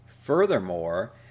Furthermore